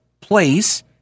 place